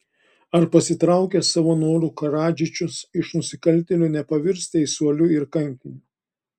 ar pasitraukęs savo noru karadžičius iš nusikaltėlio nepavirs teisuoliu ir kankiniu